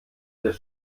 des